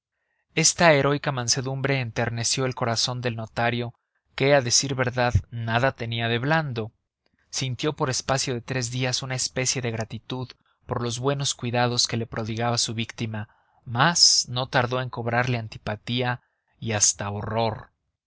esta heroica mansedumbre enterneció el corazón del notario que a decir verdad nada tenía de blando sintió por espacio de tres días una especie de gratitud por los buenos cuidados que le prodigaba su víctima mas no tardó en cobrarle antipatía y hasta horror